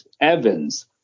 Evans